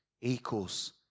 equals